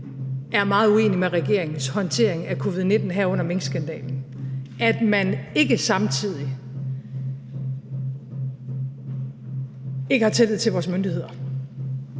er meget uenige med regeringens håndtering af covid-19, herunder minkskandalen, ikke samtidig ikke har tillid til vores myndigheder.